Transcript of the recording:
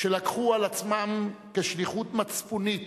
שלקחו על עצמם כשליחות מצפונית